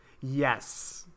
yes